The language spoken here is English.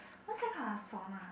what's that called ah sauna